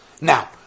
Now